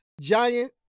giant